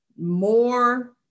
more